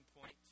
point